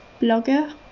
blogger